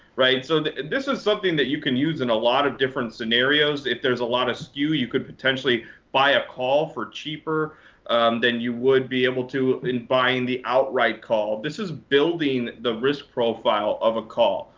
right? so and this is something that you can use in a lot of different scenarios. if there's a lot of skew, you could potentially buy a call for cheaper than you would be able to in buying the outright call. this is building the risk profile of a call,